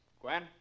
Gwen